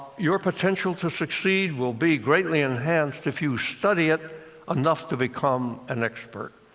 your potential to succeed will be greatly enhanced if you study it enough to become an expert.